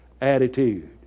attitude